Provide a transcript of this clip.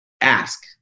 ask